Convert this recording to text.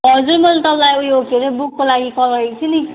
हजुर मैले तपाईँलाई उयो के हरे बुकको लागि कल गरेको थिएँ नि